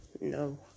No